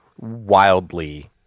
wildly